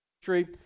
history